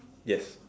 yes